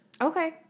Okay